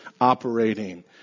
operating